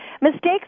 Mistakes